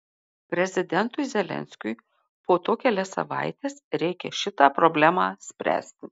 prezidentui zelenskiui po to kelias savaites reikia šitą problemą spręsti